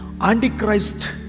Antichrist